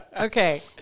Okay